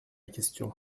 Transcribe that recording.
question